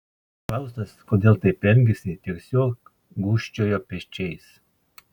paklaustas kodėl taip elgėsi tiesiog gūžčiojo pečiais